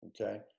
Okay